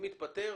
אם התפטר,